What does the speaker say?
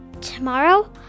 Tomorrow